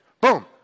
Boom